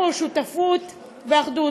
היו פה שותפות ואחדות.